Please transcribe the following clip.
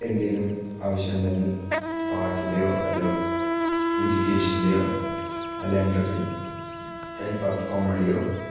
എന്തേലും ആവശ്യമുണ്ടെങ്കിൽ പാട്ടിന്റെയോ അല്ലോ എജ്യൂക്കേഷന്റെയോ അല്ല എന്റർ ടൈം പാസ്സ് കോമഡിയോ